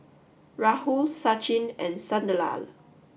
Rahul Sachin and Sunderlal